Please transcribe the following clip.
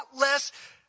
less